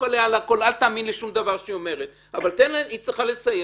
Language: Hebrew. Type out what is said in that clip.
אל תאמין לשום דבר שהיא אומרת אבל היא צריכה לסיים,